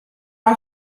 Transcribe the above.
are